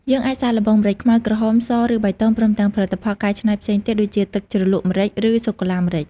យើងអាចសាកល្បងម្រេចខ្មៅ ក្រហម ស ឬបៃតង ព្រមទាំងផលិតផលកែច្នៃផ្សេងទៀតដូចជា ទឹកជ្រលក់ម្រេច និង សូកូឡាម្រេច ។